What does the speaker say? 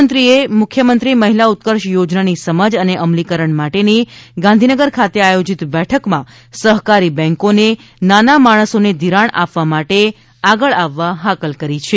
શ્રી રૂપાણીએ મુખ્યમંત્રી મહિલા ઉત્કર્ષ યોજનાની સમજ અને અમલીકરણ માટેની ગાંધીનગર ખાતે આયોજીત બેઠકમાં સહકારી બેન્કોને નાના માણસોને ધિરાણ આપવા માટે આગળ આવવા હાકલ કરી છે